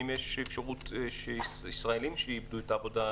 האם יש אפשרות שישראלים שאיבדו את העבודה יוכלו...